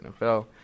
NFL